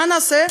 מה נעשה?